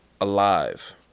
Alive